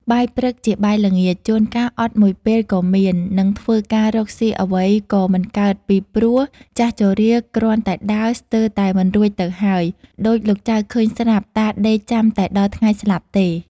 បាយព្រឹកជាបាយល្ងាចជួនកាលអត់មួយពេលក៏មាន នឹងធ្វើការរកស៊ីអ្វីក៏មិនកើតពីព្រោះចាស់ជរាគ្រាន់តែដើរស្ទើរតែមិនរួចទៅហើយ ដូចលោកចៅឃើញស្រាប់ តាដេកចាំតែដល់ថ្ងៃស្លាប់ទេ ” ។